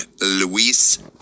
luis